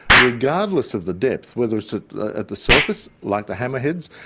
regardless of the depth, whether it's ah at the surface like the hammerheads,